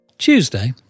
Tuesday